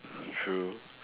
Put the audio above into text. true